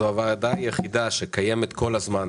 זו הוועדה היחידה שקיימת כל הזמן,